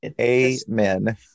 Amen